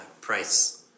price-